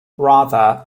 rather